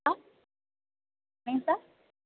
ஆ என்னங்க சார்